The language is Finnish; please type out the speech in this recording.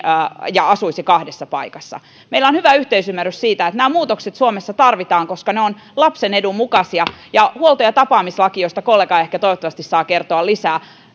ja asuisi kahdessa paikassa meillä on hyvä yhteisymmärrys siitä että nämä muutokset suomessa tarvitaan koska ne ovat lapsen edun mukaisia ja huolto ja tapaamislaki josta kollega toivottavasti saa kertoa lisää